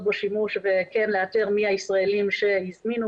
בו שימוש וכן לאתר מי הישראלים שהזמינו,